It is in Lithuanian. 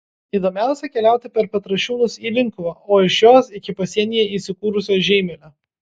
įdomiausia keliauti per petrašiūnus į linkuvą o iš jos iki pasienyje įsikūrusio žeimelio